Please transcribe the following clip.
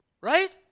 Right